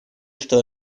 что